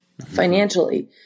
Financially